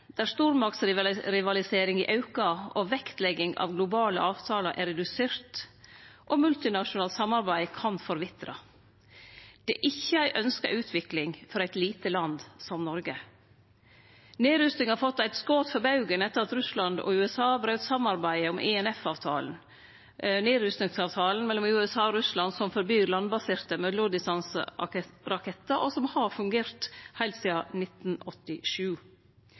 aukar, vektlegginga av globale avtalar er redusert og multinasjonalt samarbeid kan forvitre. Det er ikkje ei ønskt utvikling for eit lite land som Noreg. Nedrusting har fått eit skot for baugen etter at Russland og USA braut samarbeidet om INF-avtalen, nedrustingsavtalen mellom USA og Russland som forbyr landbaserte mellomdistanserakettar, og som har fungert heilt sidan 1987.